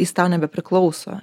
jis tau nebepriklauso